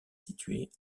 située